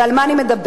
ועל מה אני מדברת?